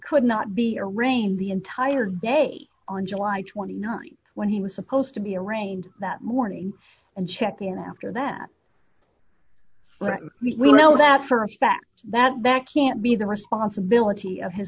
could not be arraigned the entire day on july th when he was supposed to be arraigned that morning and check in after that we know that for a fact that that can't be the responsibility of his